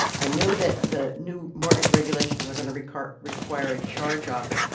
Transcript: i know that the new mortgage regulations are going to require require a charge-off, ah,